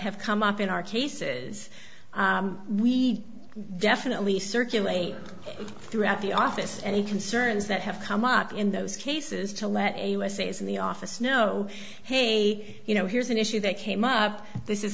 have come up in our cases we definitely circulate throughout the office and concerns that have come up in those cases to let us is in the office know hey you know here's an issue that came up this is